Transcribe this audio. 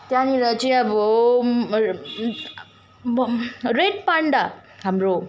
त्यहाँनिर चाहिँ अब रेड पान्डा हाम्रो